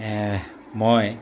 মই